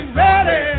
ready